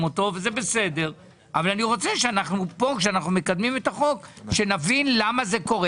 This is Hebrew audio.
וזה בסדר אבל אני רוצה שנבין למה זה קורה.